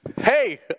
Hey